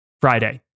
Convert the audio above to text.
Friday